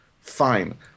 Fine